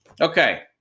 Okay